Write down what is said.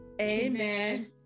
amen